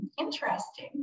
interesting